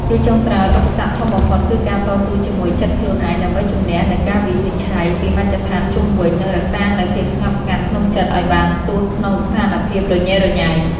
ជាចុងក្រោយ ឧបសគ្គធំបំផុតគឺការតស៊ូជាមួយចិត្តខ្លួនឯង ដើម្បីជម្នះនូវការវិនិច្ឆ័យពីមជ្ឈដ្ឋានជុំវិញ និងរក្សានូវភាពស្ងប់ស្ងាត់ក្នុងចិត្តឱ្យបានទោះក្នុងស្ថានភាពរញ៉េរញ៉ៃ។